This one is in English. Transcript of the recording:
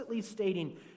stating